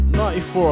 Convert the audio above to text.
94